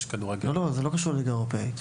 זה לא קשור לליגה האירופאית.